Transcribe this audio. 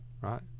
right